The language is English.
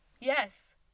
Yes